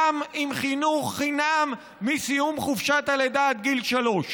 עם חינוך חינם מסיום חופשת הלידה עד גיל שלוש.